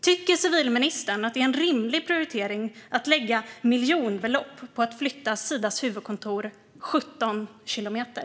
Tycker civilministern att det är en rimlig prioritering att lägga miljonbelopp på att flytta Sidas huvudkontor 17 kilometer?